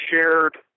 shared